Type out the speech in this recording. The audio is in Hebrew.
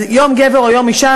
אז יום גבר או יום אישה,